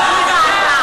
ועדה.